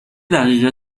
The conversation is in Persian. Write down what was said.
دقیقه